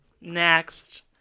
Next